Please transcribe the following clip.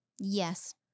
Yes